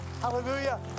Hallelujah